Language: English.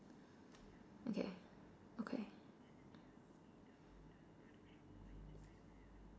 okay okay